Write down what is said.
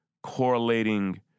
correlating